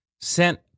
sent